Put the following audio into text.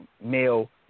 male